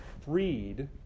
freed